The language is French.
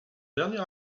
dernier